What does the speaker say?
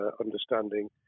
understanding